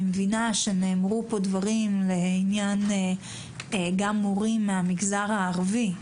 אני מבינה שנאמרו פה דברים לעניין מורים מן המגזר הערבי,